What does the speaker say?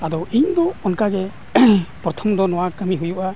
ᱟᱫᱚ ᱤᱧᱫᱚ ᱚᱱᱠᱟᱜᱮ ᱯᱚᱨᱛᱷᱚᱢᱫᱚ ᱱᱚᱣᱟ ᱠᱟᱹᱢᱤ ᱦᱩᱭᱩᱜᱼᱟ